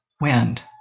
wind